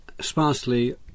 sparsely